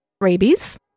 Rabies